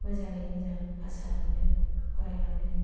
मोजाङै मोजां फास जालांदों फरायलांदों